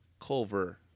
Culver